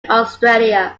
australia